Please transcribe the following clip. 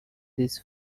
this